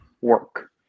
work